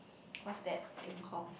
what's that thing called